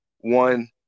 one